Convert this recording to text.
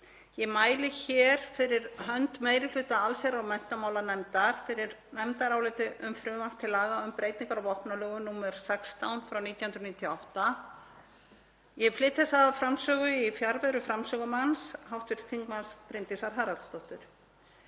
Ég mæli hér fyrir hönd meiri hluta allsherjar- og menntamálanefndar fyrir nefndaráliti um frumvarp til laga um breytingu á vopnalögum, nr. 16/1998. Ég flyt þessa framsögu í fjarveru framsögumanns, hv. þm. Bryndísar Haraldsdóttur.